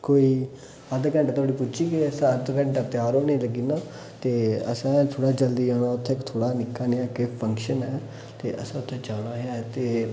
कोई अद्धे घैंटे धोड़ी पुज्जी जाह्गे अस अद्ध घैंटे त्यार होने लग्गी जाना ते असें थोह्ड़ा जल्दी जाना उत्थै इक थोह्ड़ा निक्का नेहा इक फ़ंक्शन ऐ ते असें उत्थै जाना ऐ ते